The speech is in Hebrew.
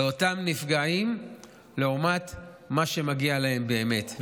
לאותם נפגעים לעומת מה שמגיע להם באמת.